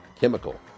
chemical